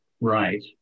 right